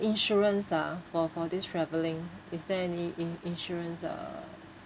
insurance ah for for this travelling is there any in~ insurance uh